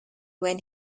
when